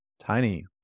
tiny